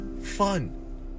fun